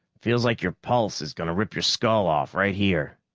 feels like your pulse is going to rip your skull off, right here.